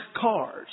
cars